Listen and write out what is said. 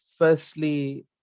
Firstly